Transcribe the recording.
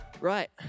Right